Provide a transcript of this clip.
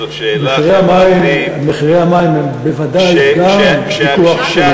זו שאלה, מחירי המים הם בוודאי גם ויכוח פוליטי.